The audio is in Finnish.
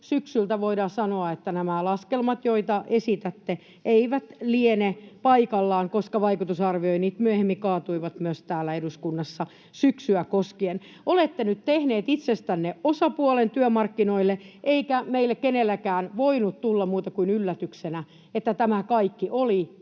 syksyltä, voidaan sanoa, että nämä laskelmat, joita esitätte, eivät liene paikallaan, koska vaikutusarvioinnit myöhemmin kaatuivat myös täällä eduskunnassa syksyä koskien. Olette nyt tehneet itsestänne osapuolen työmarkkinoille, eikä meille kenellekään voinut tulla muuta kuin yllätyksenä, että tämä kaikki oli